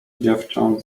dziewczę